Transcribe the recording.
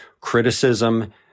criticism